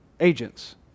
agents